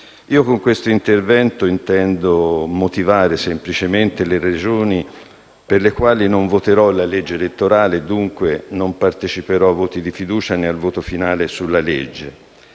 con questo intervento intendo motivare semplicemente le ragioni per le quali non voterò la legge elettorale in esame e, dunque, non parteciperò ai voti sulla fiducia né al voto finale sulla legge.